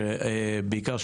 ובעיקר,